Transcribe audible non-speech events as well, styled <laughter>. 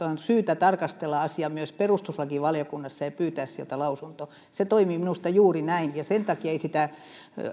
<unintelligible> on syytä tarkastella asiaa myös perustuslakivaliokunnassa ja pyytää sieltä lausunto se toimii minusta juuri näin sen takia ei sitä